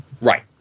Right